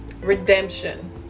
Redemption